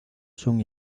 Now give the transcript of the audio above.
son